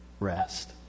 Rest